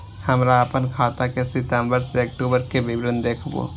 हमरा अपन खाता के सितम्बर से अक्टूबर के विवरण देखबु?